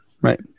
Right